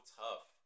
tough